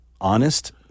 honest